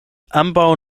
ambaŭ